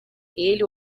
ele